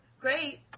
great